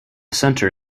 centre